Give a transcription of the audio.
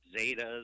Zetas